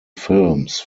films